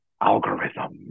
algorithm